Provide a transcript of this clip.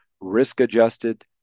risk-adjusted